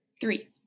three